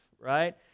Right